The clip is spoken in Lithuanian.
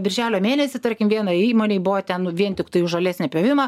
birželio mėnesį tarkim vienai įmonei buvo ten vien tiktai už žolės nepjovimą